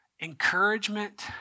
encouragement